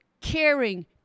caring